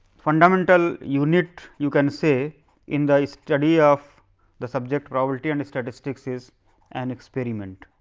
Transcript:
fundamental unit you can say in the study of the subject probability, and statistics is an experiment.